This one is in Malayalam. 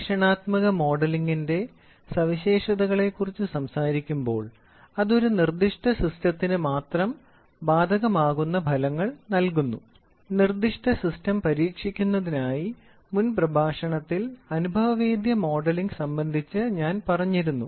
പരീക്ഷണാത്മക മോഡലിംഗിന്റെ സവിശേഷതകളെക്കുറിച്ച് സംസാരിക്കുമ്പോൾ അത് ഒരു നിർദ്ദിഷ്ട സിസ്റ്റത്തിന് മാത്രം ബാധകമാകുന്ന ഫലങ്ങൾ നൽകുന്നു നിർദ്ദിഷ്ട സിസ്റ്റം പരീക്ഷിക്കുന്നതിനായി മുൻ പ്രഭാഷണത്തിൽ അനുഭവേദ്യ മോഡലിംഗ് സംബന്ധിച്ച് ഞാൻ പറഞ്ഞിരുന്നു